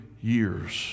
years